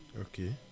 Okay